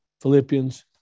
Philippians